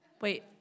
Wait